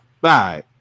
Bye